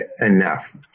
enough